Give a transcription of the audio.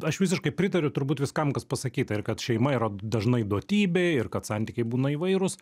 aš visiškai pritariu turbūt viskam kas pasakyta ir kad šeima yra dažnai duotybė ir kad santykiai būna įvairūs